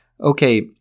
Okay